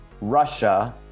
Russia